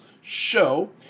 Show